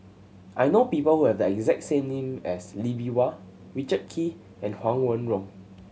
I know people who have the exact as Lee Bee Wah Richard Kee and Huang Wenhong